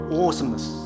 awesomeness